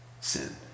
sin